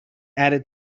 added